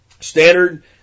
standard